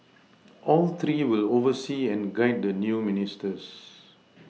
all three will oversee and guide the new Ministers